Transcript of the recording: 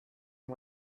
and